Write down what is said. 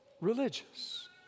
religious